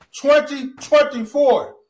2024